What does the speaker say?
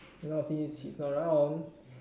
now he he's not around